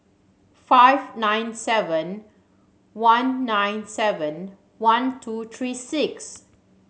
five nine seven one nine seven one two three six